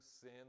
sin